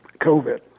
COVID